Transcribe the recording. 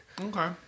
Okay